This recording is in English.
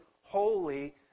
holy